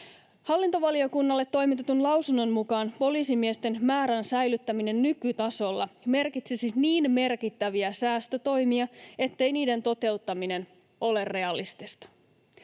Hallintovaliokunnalle toimitetun lausunnon mukaan poliisimiesten määrän säilyttäminen nykytasolla merkitsisi niin merkittäviä säästötoimia, ettei niiden toteuttaminen ole realistista.